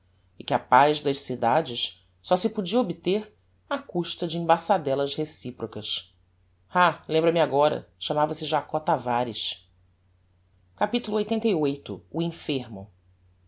e que a paz das cidades só se podia obter á custa de embaçadellas reciprocas ah lembra-me agora chamava-se jacob tavares capitulo lxxxviii o enfermo